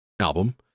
album